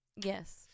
Yes